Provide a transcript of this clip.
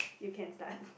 you can start